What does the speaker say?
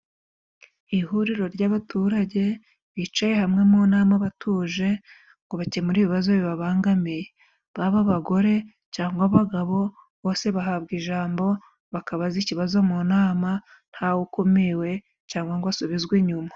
Ihuriro ry'abaturage bicaye hamwe mu nama batuje ngo bakemure ibibazo bibabangamiye. Baba abagore cangwa abagabo, bose bahabwa ijambo, bakabaza ikibazo mu nama nta ukumiwe cyangwa ngo asubizwe inyuma.